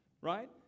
right